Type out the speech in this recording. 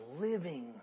living